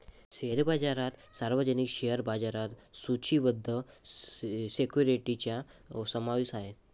share बाजारात सार्वजनिक share बाजारात सूचीबद्ध सिक्युरिटीजचा समावेश आहे